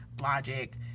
logic